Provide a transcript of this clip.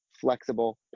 flexible